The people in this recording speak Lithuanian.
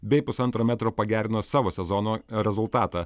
bei pusantro metro pagerino savo sezono rezultatą